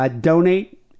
donate